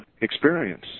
experience